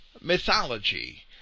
mythology